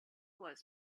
was